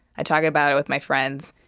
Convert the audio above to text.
i talk about it with my friends.